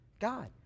God